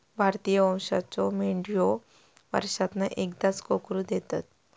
भारतीय वंशाच्यो मेंढयो वर्षांतना एकदाच कोकरू देतत